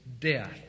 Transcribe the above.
death